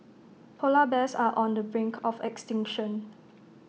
Polar Bears are on the brink of extinction